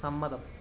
സമ്മതം